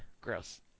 Gross